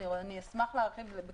אשמח להרחיב בכל הנוגע לתגבורים.